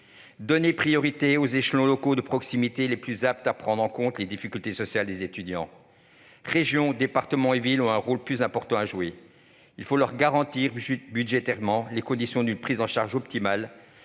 Donnez priorité aux échelons locaux de proximité les plus aptes à prendre en compte les difficultés sociales des étudiants. Régions, départements et villes ont un rôle plus important à jouer. Il faut leur garantir budgétairement les conditions d'une prise en charge optimale